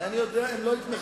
אני יודע, הם לא יתמכו.